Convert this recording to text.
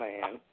man